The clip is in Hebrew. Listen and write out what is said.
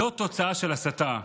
זו תוצאה של הסתה.